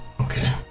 Okay